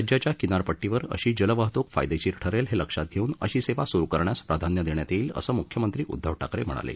राज्याच्या किनारपट्टीवर अशी जलवाहत्क फायदेशीर ठरेल हे लक्षात घेऊन अशी सेवा स्रू करण्यास प्राधान्य देण्यात येईल असं म्ख्यमंत्री उदधव ठाकरे म्हणाले